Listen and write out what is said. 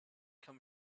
come